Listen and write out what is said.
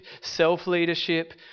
self-leadership